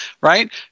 right